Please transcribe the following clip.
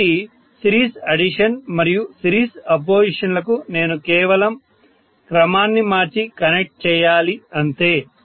కాబట్టి series addition మరియు series opposition లకు నేను కేవలం క్రమాన్ని మార్చి కనెక్ట్ చేయాలి అంతే